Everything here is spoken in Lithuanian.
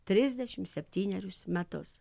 trisdešim septynerius metus